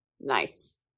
Nice